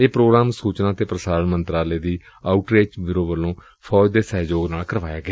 ਇਹ ਪ੍ਰੋਗਰਾਮ ਸੁਚਨਾ ਤੇ ਪ੍ਸਾਰਣ ਮੰਤਰਾਲੇ ਦੀ ਆਉਟਰੀਚ ਬਿਉਰੋ ਵੱਲੋਂ ਫੌਜ ਦੇ ਸਹਿਯੋਗ ਨਾਲ ਕਰਵਾਇਆ ਗਿਆ